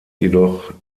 jedoch